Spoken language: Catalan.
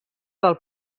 del